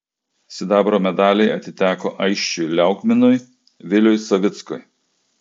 sidabro medaliai atiteko aisčiui liaugminui viliui savickui